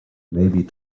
maybe